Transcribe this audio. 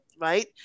right